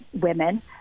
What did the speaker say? women